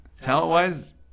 Talent-wise